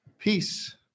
Peace